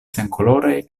senkoloraj